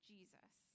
Jesus